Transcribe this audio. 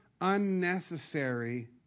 unnecessary